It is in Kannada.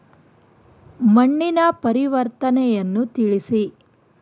ಮಣ್ಣಿನ ಪರಿವರ್ತನೆಯನ್ನು ತಿಳಿಸಿ?